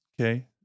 okay